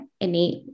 innate